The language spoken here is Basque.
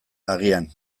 agian